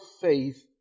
faith